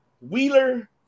Wheeler